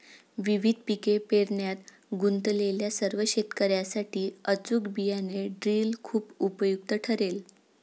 विविध पिके पेरण्यात गुंतलेल्या सर्व शेतकर्यांसाठी अचूक बियाणे ड्रिल खूप उपयुक्त ठरेल